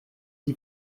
d’y